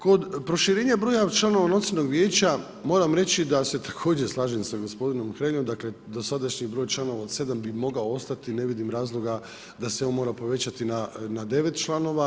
Kod proširenja broja članova nacionalnog vijeća moram reći, da se također slažem sa gospodinom Hreljom, dosadašnji broj članova od 7 bi mogao ostati, ne vidim razloga, da se on mora povećati na 9 članova.